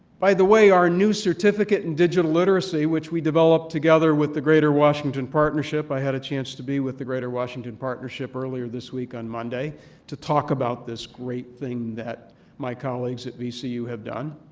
by the way, our new certificate in digital literacy which we developed together with the greater washington partnership. i had a chance to be with the greater washington partnership earlier this week on monday to talk about this great thing that my colleagues at vcu have done.